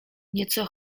nieco